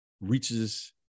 reaches